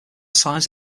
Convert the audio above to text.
size